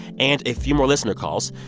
and a few more listener calls,